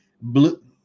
Blue